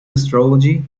astrology